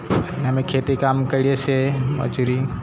અને અમે ખેતીકામ કરીએ છીએ મજૂરી